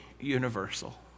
universal